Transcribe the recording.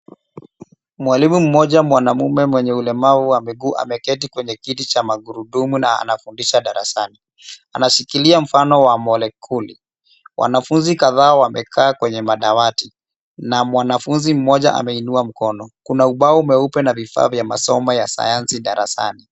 Mwalimu mmoja mwanamume mwenye ulemavu wa miguu ameketi kwenye kiti cha magurudumu na anafundisha darasani. Anashikilia mfano wa molekuli. Wanafunzi kadhaa wamekaa kwenye madawati na mwanafunzi mmoja ameinua mkono. Kuna ubao mweupe na vifaa vya masomo ya sayansi darasani.